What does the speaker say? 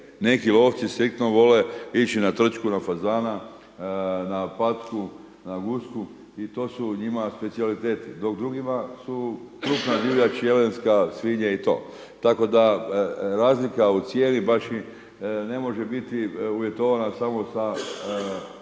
Neki lovci striktno vole ići na trčke, na fazana, na patku, na gusku i to su njima specijaliteti, dok drugima su krupna divljač, jelenska svinja i to. Tako da razlika u cijeni baš i ne može biti uvjetovana samo sa